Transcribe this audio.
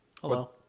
Hello